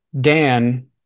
Dan